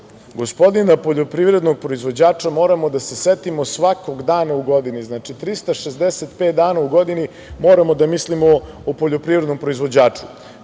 gospodina poljoprivrednog porizvođača moramo da se setimo svakog dana u godini. Znači, 365 dana u godini moramo da mislimo o poljoprivrednom proizvođaču. Predsednik